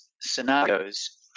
scenarios